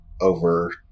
over